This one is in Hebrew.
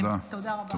תודה רבה.